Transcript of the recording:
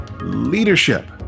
Leadership